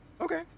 Okay